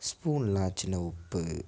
ஸ்பூனெலாம் சின்ன உப்பு